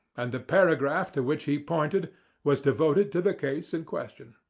and the paragraph to which he pointed was devoted to the case in question.